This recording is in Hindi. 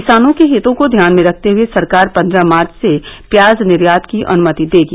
किसानों के हितों को ध्यान में रखते हुए सरकार पन्द्रह मार्च से प्याज निर्यात की अनुमति देगी